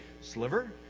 Sliver